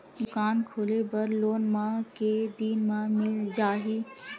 दुकान खोले बर लोन मा के दिन मा मिल जाही?